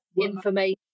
information